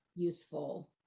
useful